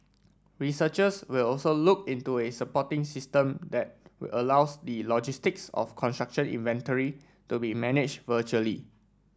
researchers will also look into a supporting system that allows the logistics of construction inventory to be manage virtually